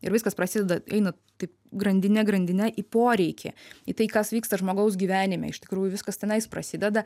ir viskas prasideda eina taip grandinė grandine į poreikį į tai kas vyksta žmogaus gyvenime iš tikrųjų viskas tenais prasideda